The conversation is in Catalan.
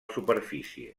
superfície